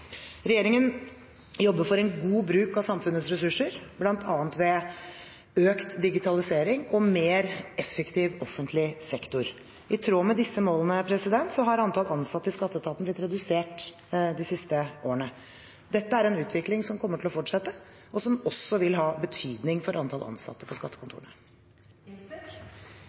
Regjeringen jobber for en god bruk av samfunnets ressurser, bl.a. ved økt digitalisering og en mer effektiv offentlig sektor. I tråd med disse målene har antall ansatte i skatteetaten blitt redusert de siste årene. Dette er en utvikling som kommer til å fortsette, og som også vil ha betydning for antall ansatte på